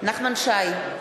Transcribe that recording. נחמן שי,